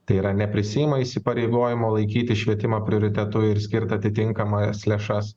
tai yra neprisiima įsipareigojimo laikyti švietimą prioritetu ir skirt atitinkamas lėšas